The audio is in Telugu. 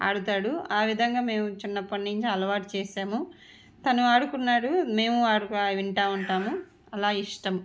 ఆడతాడు ఆ విధంగా మేము చిన్నప్పటి నుంచి అలవాటు చేసాము తను ఆడుకున్నాడు మేము ఆడ వింటూ ఉంటాము అలా ఇష్టం